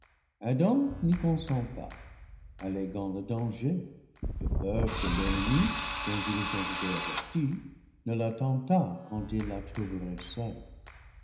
adam n'y cotisent pas alléguant le danger de peur que l'ennemi dont ils ont été avertis ne la tentât quand il la trouverait seule